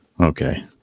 Okay